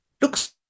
Looks